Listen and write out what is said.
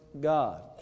God